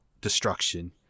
destruction